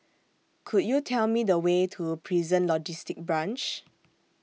Could YOU Tell Me The Way to Prison Logistic Branch